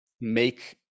make